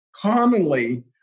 Commonly